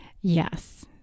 Yes